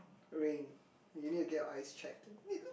rain you need to get your eyes checked